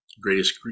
Greatest